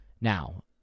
Now